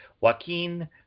Joaquin